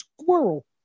squirrel